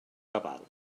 cabal